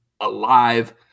alive